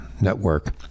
network